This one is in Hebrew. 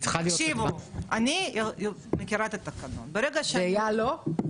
לא, תקשיבו, אני מכירה את התקנון --- ואייל לא?